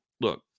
look